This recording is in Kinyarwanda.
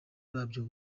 babyo